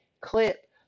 clip